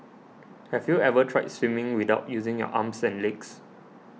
have you ever tried swimming without using your arms and legs